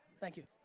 thank you.